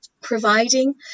Providing